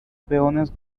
peones